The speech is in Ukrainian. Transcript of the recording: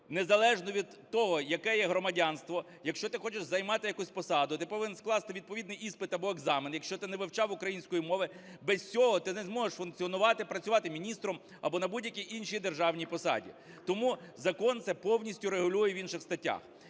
незалежно від того, яке є громадянство, якщо ти хочеш займати якусь посаду, ти повинен скласти відповідний іспит або екзамен, якщо ти не вивчав української мови. Без цього ти не зможеш функціонувати, працювати міністром або на будь-якій іншій державній посаді. Тому закон це повністю регулює в інших статтях.